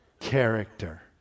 character